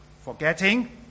forgetting